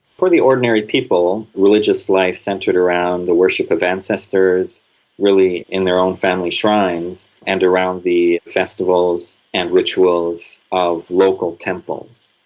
for the ordinary people, religious life centred around the worship of ancestors really in their own family shrines and around the festivals and rituals of local temples.